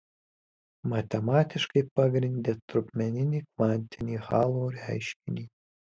matematiškai pagrindė trupmeninį kvantinį hallo reiškinį